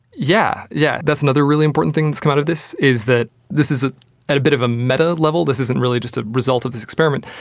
yeah yeah that's another really important thing that has come out of this, is that this is ah at a bit of a meta level, this isn't really just a result of this experiment.